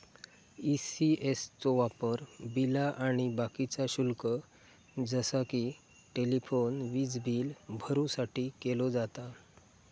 ECS चो वापर बिला आणि बाकीचा शुल्क जसा कि टेलिफोन, वीजबील भरुसाठी केलो जाता